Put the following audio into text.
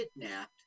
kidnapped